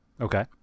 Okay